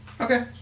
Okay